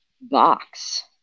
box